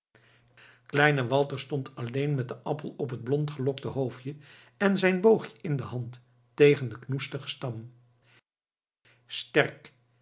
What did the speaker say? kleine walter stond alleen met den appel op het blondgelokte hoofdje en zijn boogje in de hand tegen den knoestigen stam sterk